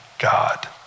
God